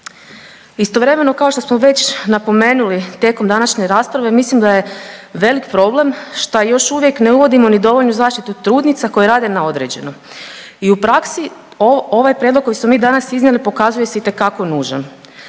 Istovremeno, kao što smo već napomenuli tijekom današnje rasprave, mislim da je velik problem šta još uvijek ne uvodimo ni dovoljnu zaštitu trudnica koje rade na određeno i u praksi ovaj prijedlog koji smo mi danas iznijeli pokazuje se itekako nužan.